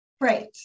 Right